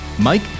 Mike